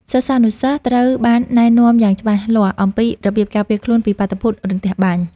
សិស្សានុសិស្សត្រូវបានណែនាំយ៉ាងច្បាស់លាស់អំពីរបៀបការពារខ្លួនពីបាតុភូតរន្ទះបាញ់។